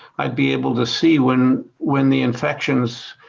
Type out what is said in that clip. i'd be able to see when when the infections,